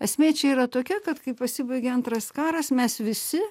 esmė čia yra tokia kad kai pasibaigė antras karas mes visi